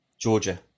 Georgia